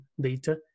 data